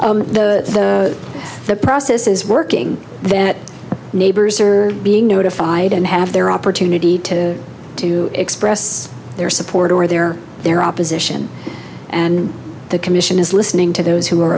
sorry the the process is working that neighbors are being notified and have their opportunity to to express their support or their their opposition and the commission is listening to those who are